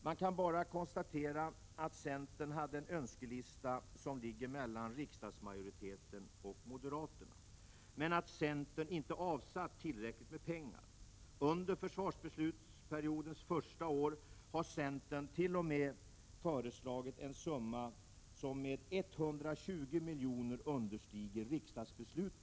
Man kan bara konstatera att centern hade en önskelista som ligger mellan riksdagsmajoritetens, och moderaternas men att centern inte hade avsatt tillräckligt med pengar. För försvarsbeslutsperiodens första år har centern t.o.m. föreslagit en summa som med 120 milj.kr. understiger anslaget enligt riksdagens beslut.